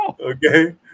Okay